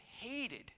hated